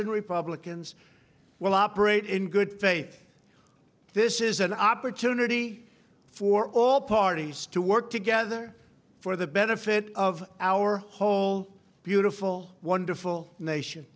and republicans will operate in good faith this is an opportunity for all parties to work together for the benefit of our whole beautiful wonderful nation